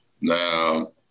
Now